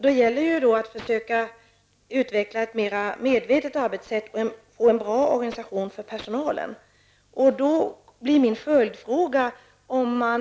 Det gäller då att försöka utveckla ett mer medvetet arbetssätt och att få en bra organisation för personalen. Min följdfråga är om man kan utgå från att de här resurserna kan användas just i syfte att utveckla ett mer medvetet arbetssätt och att få en bra organisation.